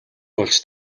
болж